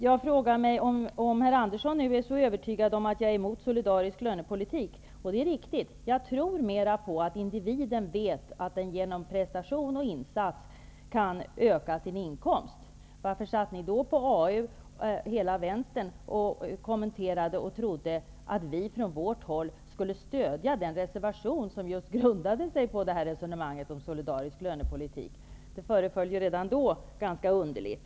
Om herr Andersson nu är så övertygad om att jag är emot solidariskt lönepolitik -- och det är riktigt, jag tror mera på att individen vet att han genom prestation och insats kan öka sin inkomst -- varför satt ni då i AU, hela vänstern, och trodde att vi från vårt håll skulle stödja den reservation som just grundade sig på resonemanget om solidarisk lönepolitik? Det föreföll ju redan då ganska underligt.